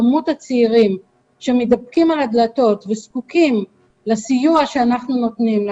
כמות הצעירים שמתדפקים על הדלתות וזקוקים לסיוע שאנחנו נותנים,